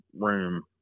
room